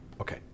okay